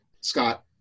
Scott